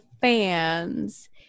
fans